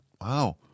Wow